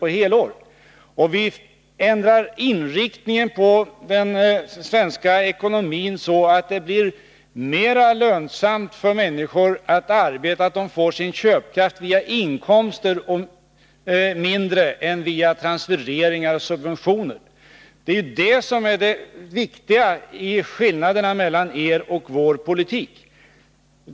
Vi ändrar vidare inriktningen på den svenska ekonomin, så att det blir mer lönsamt för människor att arbeta och så att de får sin köpkraft via inkomsten och mindre via transfereringar och subventioner. Det är det som är den viktiga skillnaden mellan er och vår politik.